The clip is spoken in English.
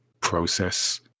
process